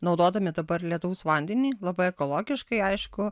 naudodami dabar lietaus vandenį labai ekologiškai aišku